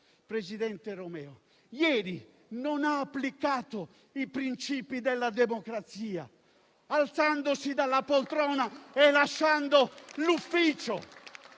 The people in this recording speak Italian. senatore Romeo, ieri non ha applicato i principi della democrazia, alzandosi dalla poltrona e lasciando l'ufficio.